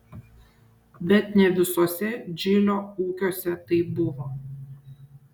bet ne visuose džilio ūkiuose taip buvo